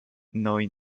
neu